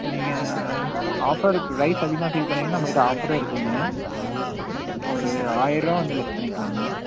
நீங்கள் offer price அதிகமாக feel பண்ணிங்கன்னால் நம்மக்கிட்ட ஆஃபரும் இருக்குங்க ஒரு ஆயரருவா வந்து லெஸ் பண்ணிக்கலாங்க